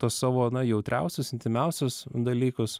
tuos savo na jautriausius intymiausius dalykus